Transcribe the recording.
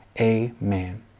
amen